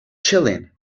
chilling